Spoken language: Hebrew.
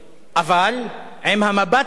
אבל עם המבט קדימה